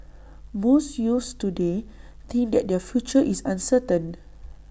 most youths today think that their future is uncertain